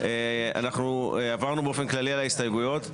אנחנו עברנו באופן כללי על ההסתייגויות,